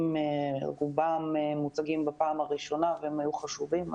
שרובם מוצגים בפעם הראשונה והם היו חשובים.